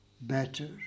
better